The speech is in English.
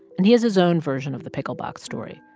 and he has his own version of the pickle box story,